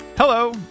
Hello